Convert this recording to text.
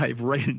right